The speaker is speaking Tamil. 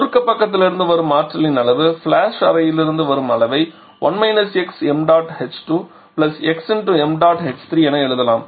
சுருக்கப் பக்கத்திலிருந்து வரும் ஆற்றலின் அளவு மற்றும் ஃபிளாஷ் அறையிலிருந்து வரும் அளவை 1 xmh2xm என எழுதலாம்